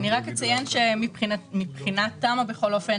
אציין שמבחינת תמה גרופ,